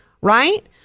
right